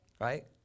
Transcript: right